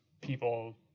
people